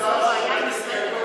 מדבריו.